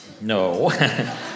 No